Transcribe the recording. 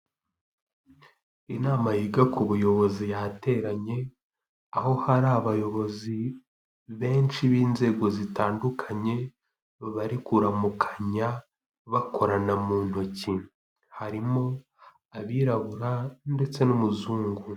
Inama yiga ku buyobozi yateranye, aho hari abayobozi benshi b'inzego zitandukanye bari kuramukanya bakorana mu ntoki, harimo abirabura ndetse n'umuzungu.